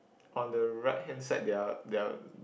on the right hand side there are there are